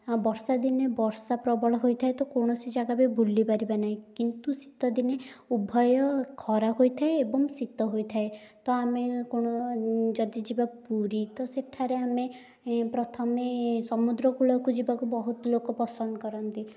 ଆଉ ବର୍ଷା ଦିନେ ବର୍ଷା ପ୍ରବଳ ହୋଇଥାଏ ତ କୌଣସି ଜାଗା ବି ବୁଲି ପାରିବା ନାହିଁ କିନ୍ତୁ ଶୀତ ଦିନେ ଉଭୟ ଖରା ହୋଇଥାଏ ଏବଂ ଶୀତ ହୋଇଥାଏ ତ ଆମେ କୋଣ ଯଦି ଯିବା ପୁରୀ ତ ସେଠାରେ ଆମେ ପ୍ରଥମେ ସମୁଦ୍ରକୂଳକୁ ଯିବାକୁ ବହୁତ ଲୋକ ପସନ୍ଦ କରନ୍ତି